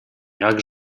jak